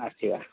अस्ति वा